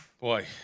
boy